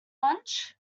lunch